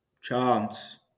Chance